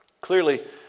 Clearly